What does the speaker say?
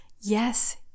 yes